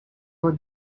were